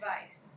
advice